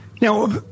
now